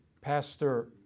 Pastor